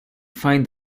find